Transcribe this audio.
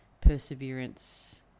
perseverance